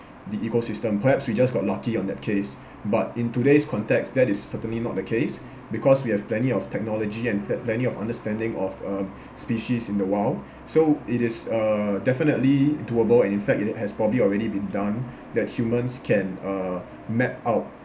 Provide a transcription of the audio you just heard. the ecosystem perhaps we just got lucky on that case but in today's context that is certainly not the case because we have plenty of technology and plen~ plenty of understanding of uh species in the wild so it is uh definitely doable and in fact it has probably already been done that humans can uh mapped out